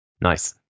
Nice